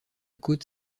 côte